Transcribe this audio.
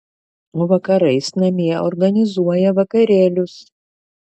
o vakarais namie organizuoja vakarėlius